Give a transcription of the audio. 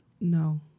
No